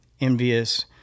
envious